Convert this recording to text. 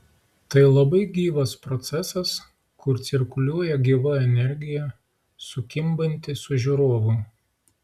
tai labai gyvas procesas kur cirkuliuoja gyva energija sukimbanti su žiūrovu